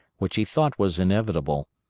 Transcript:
which he thought was inevitable,